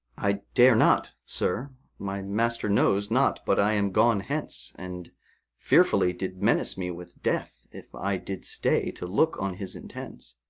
i dare not, sir my master knows not but i am gone hence and fearfully did menace me with death if i did stay to look on his intents.